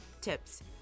tips